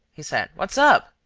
he said, what's up?